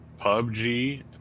PUBG